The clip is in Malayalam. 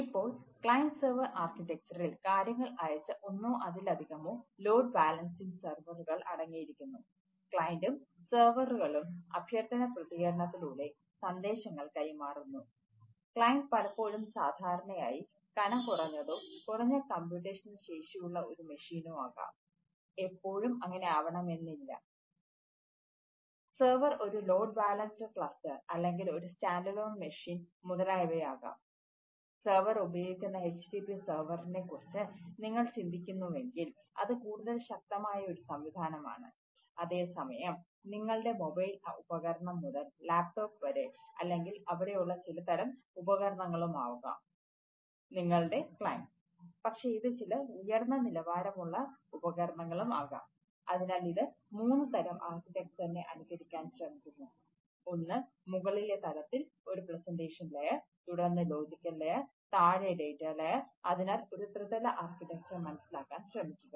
ഇപ്പോൾ ക്ലയന്റ് സെർവർ ആർക്കിടെക്ചറിൽ മനസ്സിലാക്കാൻ ശ്രമിക്കുക